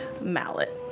mallet